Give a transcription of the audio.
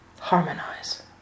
Harmonize